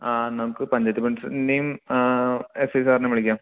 ആ നമുക്ക് പഞ്ചായത്ത് പ്രസിഡെൻറ്റിനേം എസ് ഐ സാറിനെയും വിളിക്കാം